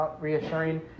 reassuring